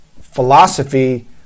philosophy